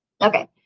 Okay